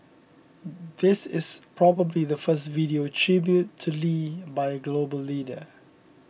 this is probably the first video tribute to Lee by a global leader